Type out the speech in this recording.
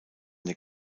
der